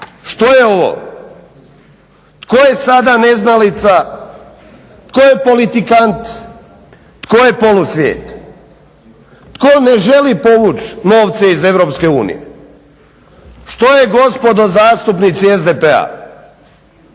Što je ovo? Tko je sada neznalica? Tko je politikant? Tko je polusvijet? Tko ne želi povući novce iz Europske unije? Što je gospodo zastupnici SDP-a?